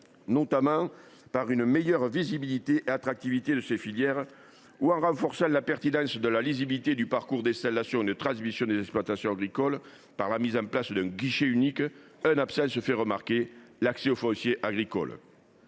notamment par une meilleure visibilité et attractivité de ses filières, ou en renforçant la pertinence de la lisibilité du parcours d’installation et de transmission des exploitations agricoles par la mise en place d’un guichet unique, une absence se fait remarquer : celle de l’accès au foncier agricole.